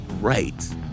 right